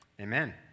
Amen